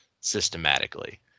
systematically